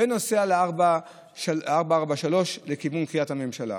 ונוסע על 443 לכיוון קריית הממשלה.